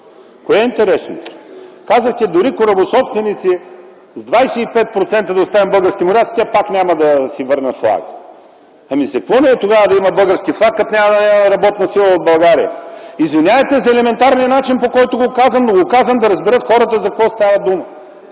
Кое е интересното? Казахте: дори корабособственици с 25% да оставим български моряци, пак няма да си върнат флага. За какво ни е тогава да има български флаг, като няма да имаме работна сила в България? Извинявайте за елементарният начин, по който го казвам, но го казвам хората да разберат за какво става дума.